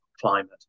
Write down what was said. climate